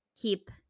keep